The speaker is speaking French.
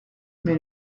mais